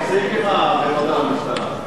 תפסיק עם הבדיחות על המשטרה.